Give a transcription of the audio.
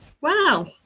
Wow